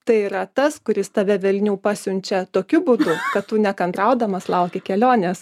tai yra tas kuris tave velnių pasiunčia tokiu būdu kad tu nekantraudamas lauki kelionės